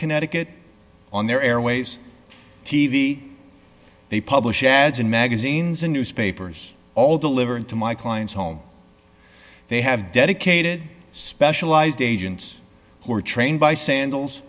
connecticut on their airways t v they publish ads in magazines and newspapers all delivering to my clients home they have dedicated specialized agents who are trained by sandals